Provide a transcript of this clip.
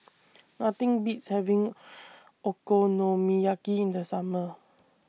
Nothing Beats having Okonomiyaki in The Summer